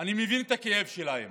אני מבין את הכאב שלהם.